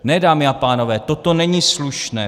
Ne, dámy a pánové, toto není slušné.